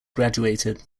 graduated